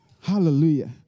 Hallelujah